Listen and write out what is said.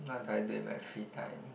what do I do in my free time